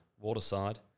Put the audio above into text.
waterside